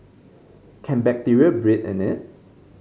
can bacteria breed in it